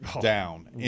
down